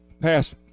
pass